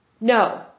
No